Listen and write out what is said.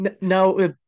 now